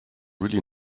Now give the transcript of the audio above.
really